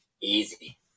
easy